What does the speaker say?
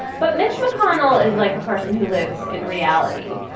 but mitch mcconnell is like a person who lives in reality.